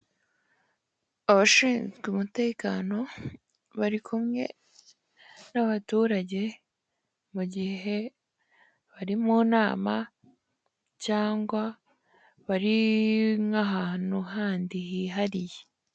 Abashinzwe umutekano bari kumwe n'abaturage, mu gihe bari mu nama cyangwa bari nk'ahantu handi hihariye.